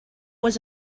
was